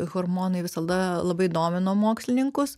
hormonai visada labai domino mokslininkus